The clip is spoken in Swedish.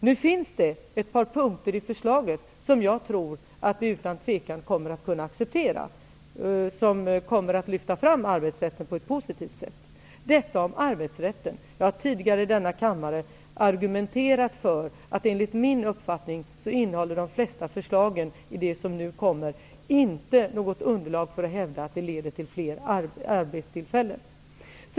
Nu finns det ett par punkter i förslaget som jag tror att vi utan tvekan kommer att kunna acceptera och som kommer att lyfta fram arbetsrätten på ett positivt sätt. Detta om arbetsrätten. Jag har tidigare i denna kammare påpekat att de flesta förslag enligt min uppfattning inte ger något underlag för att hävda att de leder till fler arbetstillfällen.